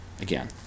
again